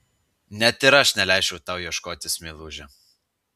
net ir aš neleisčiau tau ieškotis meilužio